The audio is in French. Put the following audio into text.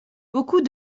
beaucoup